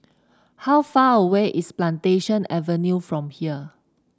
how far away is Plantation Avenue from here